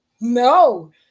no